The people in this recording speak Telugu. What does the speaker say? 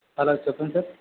హలో చెప్పండి సార్